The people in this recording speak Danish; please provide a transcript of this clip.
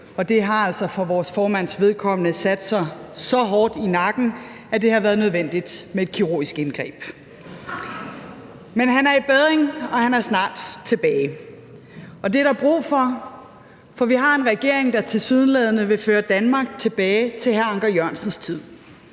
altså for vores formands vedkommende sat sig så hårdt i nakken, at det har været nødvendigt med et kirurgisk indgreb. Men han er i bedring, og han er snart tilbage. Og det er der brug for, for vi har en regering, der tilsyneladende vil føre Danmark tilbage til hr. Anker Jørgensens tid.